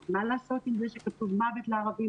מה לעשות עם זה שכתוב מוות לערבים?